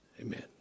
amen